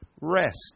Rest